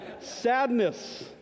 Sadness